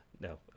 No